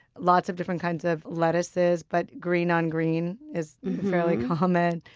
lots of different kinds of lettuces but green on green is fairly common.